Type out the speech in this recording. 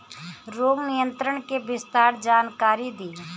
रोग नियंत्रण के विस्तार जानकारी दी?